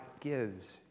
gives